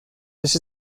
this